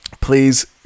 Please